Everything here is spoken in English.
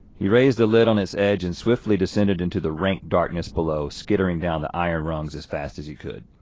he raised the lid on his edge, and swiftly descended into the rank darkness below, skittering down the iron rungs, as fast as you could.